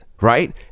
right